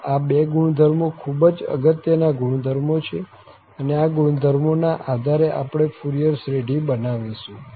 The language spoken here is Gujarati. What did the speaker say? આમ આ બે ગુણધર્મો ખુબ જ અગત્ય ના ગુણધર્મો છે અને આ ગુણધર્મો ના આધારે આપણે ફુરિયર શ્રેઢી બનાવીશું